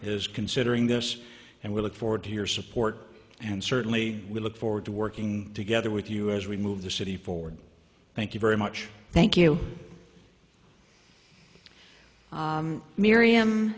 is considering this and we look forward to your support and certainly we look forward to working together with you as we move the city forward thank you very much thank you miriam